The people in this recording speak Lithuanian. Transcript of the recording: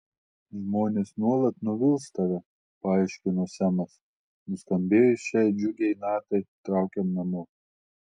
žmonės nuolat nuvils tave paaiškino semas nuskambėjus šiai džiugiai natai traukiam namo